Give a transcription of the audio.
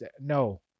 No